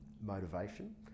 motivation